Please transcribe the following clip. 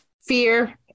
fear